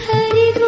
Hari